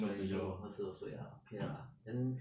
twenty two ah 二十二岁 ah okay lah then